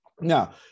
Now